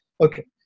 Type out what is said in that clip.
Okay